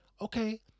okay